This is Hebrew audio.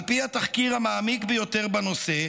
"על פי התחקיר המעמיק ביותר בנושא,